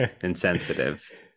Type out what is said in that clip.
insensitive